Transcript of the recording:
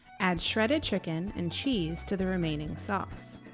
add shredded chicken and cheese to the remaining sauce.